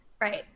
Right